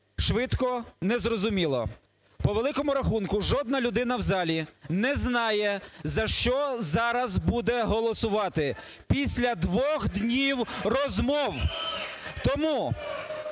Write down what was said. швидко і незрозуміло. По великому рахунку, жодна людина в залі не знає, за що зараз буде голосувати, після двох днів розмов. Тому